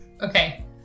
Okay